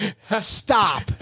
Stop